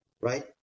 right